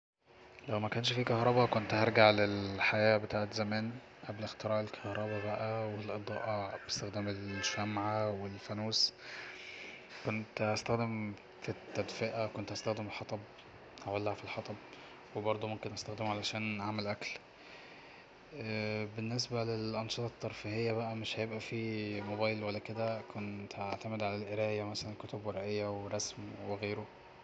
لو مكانش في كهربا كنت هرجع للحياة بتاعت زمان قبل اختراع الكهربا بقا والاضائة باستخدام الشمعة والفانوس كنت هستخدم في التدفئة كنت هستخدم حطب هولع في الحطب وبرضو ممكن استخدمه علشان اعمل اكل بالنسبة للأنشطة الترفيهية بقا مش هيبقى في موبايل ولا كده كنت هعتمد على القراية مثلا كتب ورقية ورسم وغيره